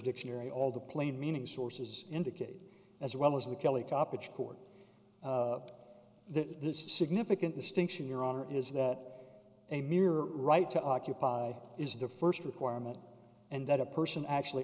dictionary all the plain meaning sources indicate as well as the kelly cop which court the significant distinction your honor is that a mere right to occupy is the first requirement and that a person actually